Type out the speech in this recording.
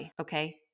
okay